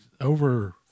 Over